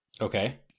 Okay